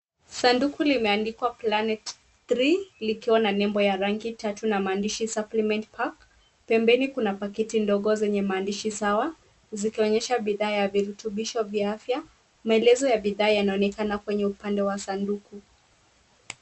Sanduku limeandikwa Planet Three, likiwa na nembo ya rangi tatu, na maandishi supplement pack . Pembeni kuna paketi ndogo zenye maandishi sawa, zikionyesha bidhaa ya virutubisho vya afya. Maelezo ya bidhaa yanaonekana kwenye upande wa sanduku.